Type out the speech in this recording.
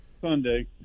Sunday